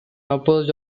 opposed